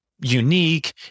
unique